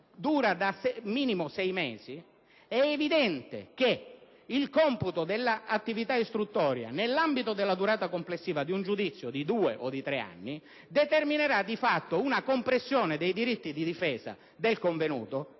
pubblica. È quindi evidente che il computo dell'attività istruttoria nell'ambito della durata complessiva di un giudizio di due o tre anni determinerà di fatto una compressione dei diritti di difesa del convenuto,